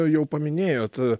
jau paminėjot